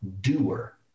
doer